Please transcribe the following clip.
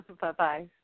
Bye-bye